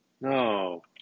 No